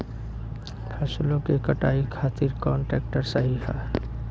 फसलों के कटाई खातिर कौन ट्रैक्टर सही ह?